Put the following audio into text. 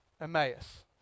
Emmaus